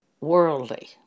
worldly